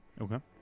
Okay